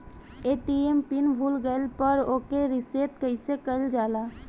ATM PIN भूल गईल पर ओके रीसेट कइसे कइल जाला?